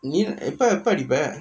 நீ எப்ப எப்ப அடிப்ப:nee eppa eppa adippa